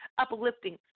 uplifting